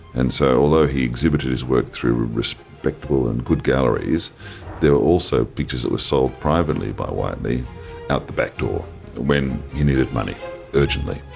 and so although he exhibited his work through respectable and good galleries there were also pictures that were sold privately by whiteley out the back door when he needed money urgently.